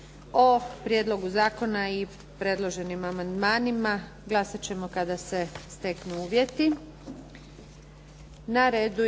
O prijedlogu zakona i predloženim amandmanima glasat ćemo kada se steknu uvjeti.